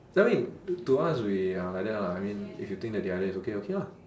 I mean to us we are like that lah I mean if you think that the idea is okay okay lah